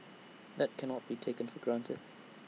that cannot be taken for granted